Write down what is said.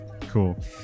Cool